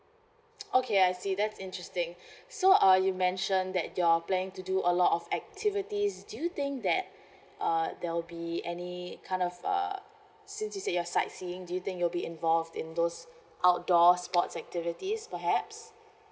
okay I see that's interesting so uh you mentioned that you're planning to do a lot of activities do you think that uh there'll be any kind of uh since you say your sightseeing do you think you'll be involved in those outdoor sports activities perhaps